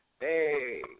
Hey